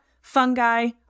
fungi